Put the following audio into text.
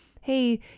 hey